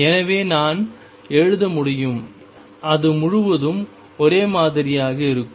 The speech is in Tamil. எனவே நான் எழுத முடியும் அது முழுவதும் ஒரே மாதிரியாக இருக்கும்